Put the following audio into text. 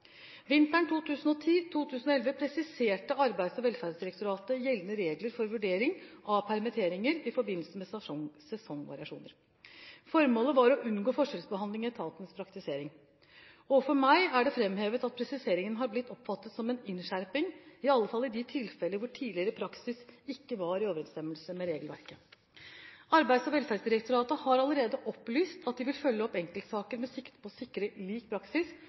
Vinteren 2011–2012 presiserte Arbeids- og velferdsdirektoratet gjeldende regler for vurdering av permitteringer i forbindelse med sesongvariasjoner. Formålet var å unngå forskjellsbehandling i etatens praktisering. Overfor meg er det framhevet at presiseringen har blitt oppfattet som en innskjerping, i alle fall i de tilfeller hvor tidligere praksis ikke var i overensstemmelse med regelverket. Arbeids- og velferdsdirektoratet har allerede opplyst at de vil følge opp enkeltsaker med sikte på å sikre lik praksis,